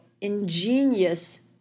ingenious